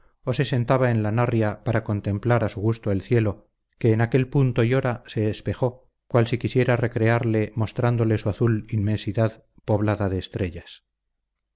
o se sentaba en la narria para contemplar a su gusto el cielo que en aquel punto y hora se espejó cual si quisiera recrearle mostrándole su azul inmensidad poblada de estrellas